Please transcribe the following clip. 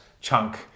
chunk